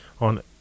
on